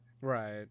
Right